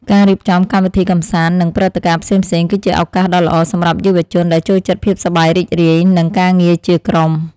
ការរៀបចំកម្មវិធីកម្សាន្តនិងព្រឹត្តិការណ៍ផ្សេងៗ គឺជាឱកាសដ៏ល្អសម្រាប់យុវជនដែលចូលចិត្តភាពសប្បាយរីករាយនិងការងារជាក្រុម។